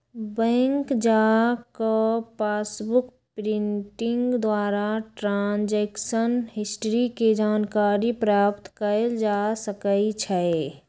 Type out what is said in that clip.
bank जा कऽ passbook printing द्वारा ट्रांजैक्शन हिस्ट्री के जानकारी प्राप्त कएल जा सकइ छै